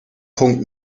punkt